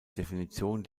definition